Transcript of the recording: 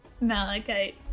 Malachite